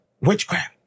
witchcraft